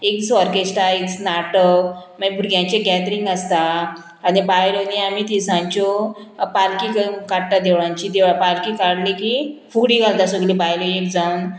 एक ऑर्केस्ट्रा एक नाटक मागीर भुरग्यांचे गॅदरींग आसता आनी बायलो न्ही आमी थिनसांच्यो पालकी काडटा देवळांची देवळां पालकी काडली की फुडी घालता सगळीं बायलो एक जावन